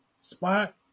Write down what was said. spot